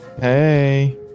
Hey